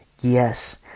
yes